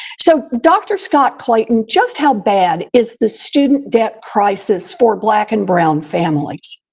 so, dr. scott-clayton, just how bad is the student debt crisis for black and brown families?